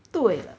对了